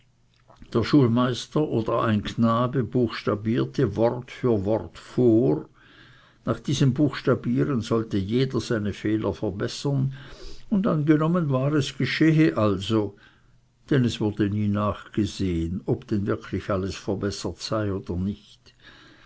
der schulmeister oder ein knabe buchstabierte wort für wort vor nach diesem buchstabieren sollte jeder seine fehler verbessern und angenommen war es geschehe also denn es wurde nie nachgesehen ob denn wirklich alles verbessert sei oder nicht